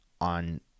on